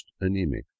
anemic